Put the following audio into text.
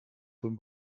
von